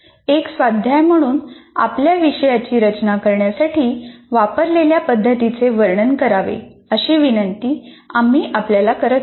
एक स्वाध्याय म्हणून आपल्या विषयाची रचना करण्यासाठी वापरलेल्या पद्धतीचे वर्णन करावे अशी विनंती आम्ही आपल्याला करत आहोत